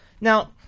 Now